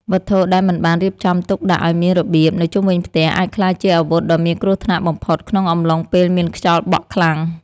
វត្ថុដែលមិនបានរៀបចំទុកដាក់ឱ្យមានរបៀបនៅជុំវិញផ្ទះអាចក្លាយជាអាវុធដ៏មានគ្រោះថ្នាក់បំផុតក្នុងអំឡុងពេលមានខ្យល់បក់ខ្លាំង។